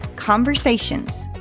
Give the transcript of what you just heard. conversations